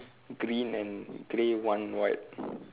green and grey one white